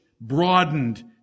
broadened